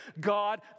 God